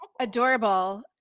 Adorable